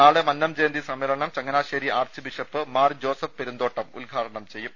നാളെ മന്നം ജയന്തി സമ്മേളനം ചങ്ങനാശേരി ആർച്ച്ബിഷപ്പ് മാർ ജോസഫ് പെരുന്തോട്ടം ഉദ്ഘാടനം ചെയ്യും